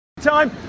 time